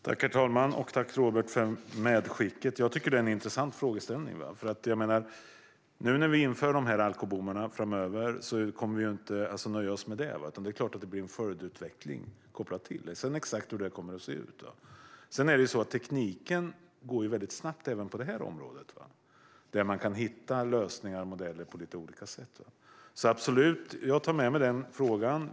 Herr talman! Tack, Robert, för medskicket! Jag tycker att detta är en intressant frågeställning. Nu när vi framöver inför alkobommarna kommer vi inte att nöja oss med det, utan det är klart att det blir en följdutveckling kopplat till detta. Frågan är exakt hur det kommer att se ut. Tekniken går väldigt snabbt även på detta område. Man kan hitta lite olika lösningar och modeller. Jag tar absolut med mig frågan.